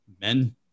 men